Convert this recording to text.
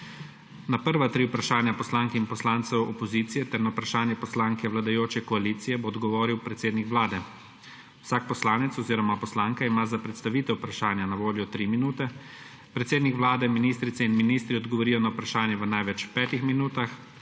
Na prva tri vprašanja poslank in poslancev opozicije ter na vprašanje poslanke vladajoče koalicije bo odgovoril predsednik Vlade. Vsak poslanec oziroma poslanka ima za predstavitev vprašanja na voljo tri minute, predsednik Vlade, ministrice in ministri odgovorijo na vprašanje v največ petih minutah,